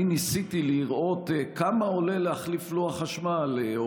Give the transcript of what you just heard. אני ניסיתי לראות כמה עולה להחליף לוח חשמל.